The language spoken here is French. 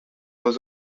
aux